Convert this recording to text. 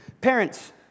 Parents